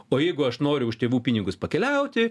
o jeigu aš noriu už tėvų pinigus pakeliauti